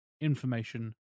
information